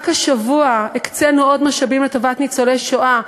רק השבוע הקצינו עוד משאבים לטובת ניצולי שואה.